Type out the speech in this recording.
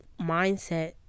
mindset